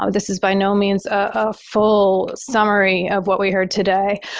um this is by no means a full summary of what we heard today.